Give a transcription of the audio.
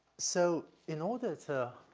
so in order to